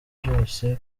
byose